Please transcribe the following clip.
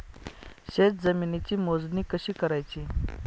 शेत जमिनीची मोजणी कशी करायची?